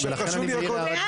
ואז אני אתן לך.